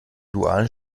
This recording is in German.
dualen